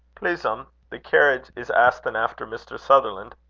please m, the carriage is astin' after mr. sutherland.